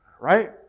right